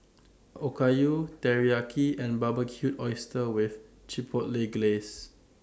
Okayu Teriyaki and Barbecued Oysters with Chipotle Glaze